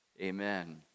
Amen